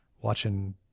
watching